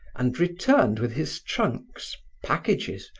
and returned with his trunks, packages,